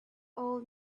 old